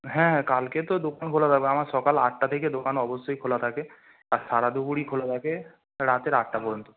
হ্যাঁ হ্যাঁ কালকে তো দুপুরবেলা দাদা আমার সকাল আটটা থেকে দোকান অবশ্যই খোলা থাকে আর সারা দুপুরই খোলা থাকে রাতের আটটা পর্যন্ত